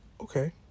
Okay